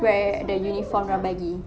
wear the uniform dia orang bagi